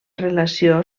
relació